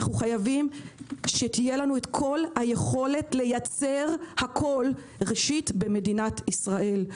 אנו חייבים שתהיה לנו כל היכולת לייצר הכול ראשית במדינת ישראל.